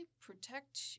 protect